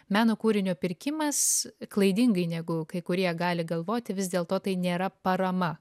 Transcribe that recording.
meno kūrinio pirkimas klaidingai negu kai kurie gali galvoti vis dėlto tai nėra parama